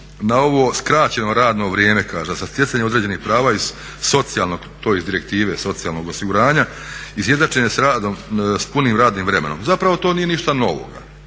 na ovo skraćeno radno vrijeme, za stjecanje određenih prava iz socijalnog, to iz Direktive socijalnog osiguranja, izjednačene sa radom s punim radnim vremenom. Zapravo to nije ništa novoga.